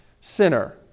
sinner